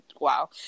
Wow